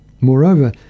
Moreover